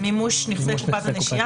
מימוש נכסי קופת הנשייה.